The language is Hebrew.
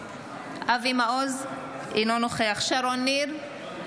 אינו נוכח שרון ניר,